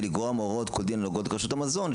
לגרוע מהוראות כל דין הנוגעות לכשרות המזון,